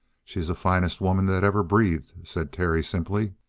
she's the finest woman that ever breathed, said terry simply.